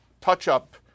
touch-up